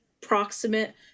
proximate